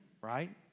right